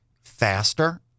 faster